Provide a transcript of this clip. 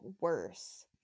worse